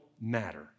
matter